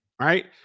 right